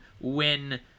win